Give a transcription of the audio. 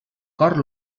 cor